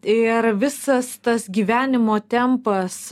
ir visas tas gyvenimo tempas